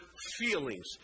Feelings